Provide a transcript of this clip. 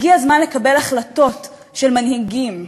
הגיע הזמן לקבל החלטות של מנהיגים.